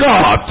God